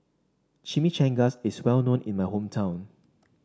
Chimichangas is well known in my hometown